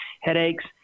headaches